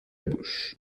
bouche